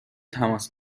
تماس